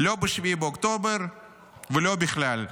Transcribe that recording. לא ב-7 באוקטובר ולא בכלל.